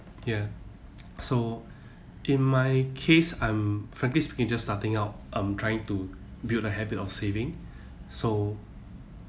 ya so in my case I'm frankly speaking just starting out um trying to build a habit of saving so